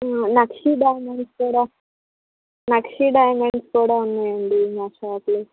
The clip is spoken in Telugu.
నక్షి డైమండ్స్ కూడా నక్షి డైమండ్స్ కూడా ఉన్నాయండి మా షాప్లో